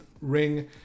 ring